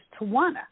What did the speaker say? Tawana